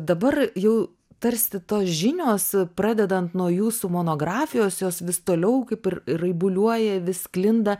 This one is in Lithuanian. dabar jau tarsi tos žinios pradedant nuo jūsų monografijos jos vis toliau kaip ir raibuliuoja vis sklinda